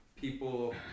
people